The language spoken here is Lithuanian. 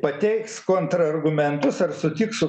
pateiks kontrargumentus ar sutiks su